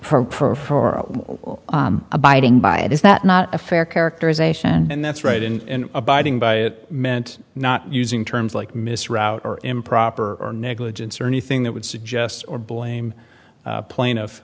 or abiding by it is that not a fair characterization and that's right in abiding by it meant not using terms like miss route or improper or negligence or anything that would suggest or blame plaintiff